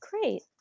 Great